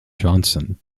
johnson